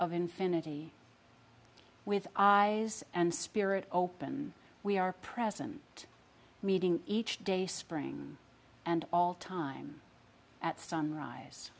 of infinity with eyes and spirit open we are present meeting each day spring and all time at sunrise